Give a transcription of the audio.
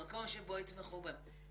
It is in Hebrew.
למקום שבו יתמכו בהן.